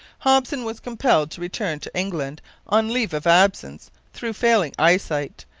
hopson was compelled to return to england on leave of absence through failing eyesight,